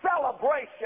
celebration